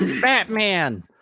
Batman